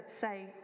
say